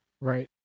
Right